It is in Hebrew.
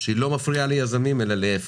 שהיא לא מפריעה ליזמים אלא להיפך,